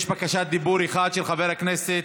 יש בקשת דיבור אחת, של חבר הכנסת